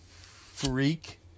freak